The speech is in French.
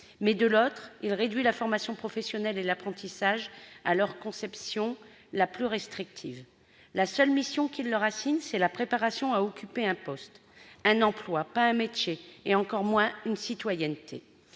mais, de l'autre, il réduit la formation professionnelle et l'apprentissage à leur conception la plus restrictive. La seule mission qu'il leur assigne, c'est la préparation à occuper un poste. Un emploi, pas un métier, et encore moins une citoyenneté.